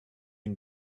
and